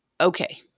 okay